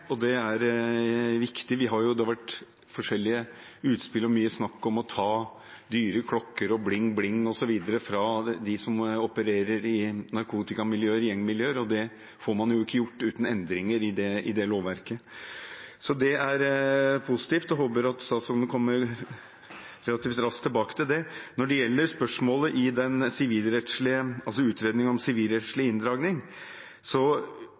Det er viktig. Det har vært forskjellige utspill og mye snakk om å ta dyre klokker og «bling bling» osv. fra dem som opererer i narkotikamiljøer og gjengmiljøer, og det får man ikke gjort uten endringer i det lovverket. Så det er positivt, og jeg håper at statsråden kommer relativt raskt tilbake til det. Når det gjelder spørsmålet